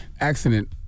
accident